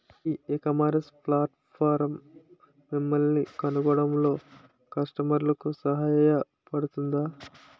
ఈ ecommerce platform మిమ్మల్ని కనుగొనడంలో కస్టమర్లకు సహాయపడుతుందా?